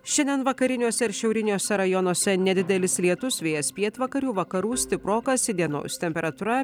šiandien vakariniuose ir šiauriniuose rajonuose nedidelis lietus vėjas pietvakarių vakarų stiprokas įdienojus temperatūra